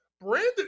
Brandon